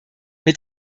mit